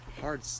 Hard